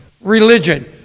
religion